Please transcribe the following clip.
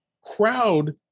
crowd